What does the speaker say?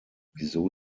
wieso